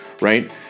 right